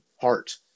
heart